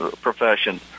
profession